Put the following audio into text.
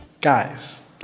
Guys